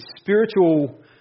spiritual